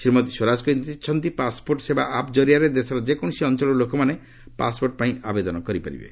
ଶ୍ରୀମତୀ ସ୍ୱରାଜ କହିଛନ୍ତି ପାସ୍ପୋର୍ଟ ସେବା ଆପ୍ ଜରିଆରେ ଦେଶର ଯେକୌଣସି ଅଞ୍ଚଳରୁ ଲୋକମାନେ ପାସ୍ପୋର୍ଟ ପାଇଁ ଆବେଦନ କରିପାରିବେ